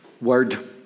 word